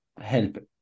help